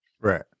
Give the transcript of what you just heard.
Right